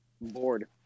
Bored